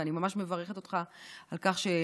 ואני ממש מברכת אותך על כך שהמשכת.